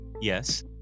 yes